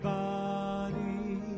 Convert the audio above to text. body